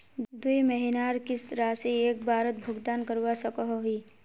दुई महीनार किस्त राशि एक बारोत भुगतान करवा सकोहो ही?